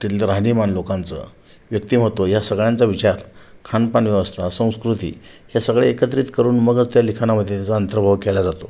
तिथलं राहणीमान लोकांचं व्यक्तिमत्व ह्या सगळ्यांचा विचार खानपान व्यवस्था संस्कृती हे सगळे एकत्रित करून मगच त्या लिखाणामधे त्याचा अंतर्भाव केला जातो